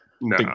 No